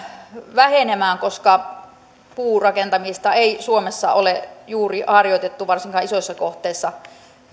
vähenemään koska puurakentamista ei suomessa ole juuri harjoitettu varsinkaan isoissa kohteissa